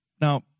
Now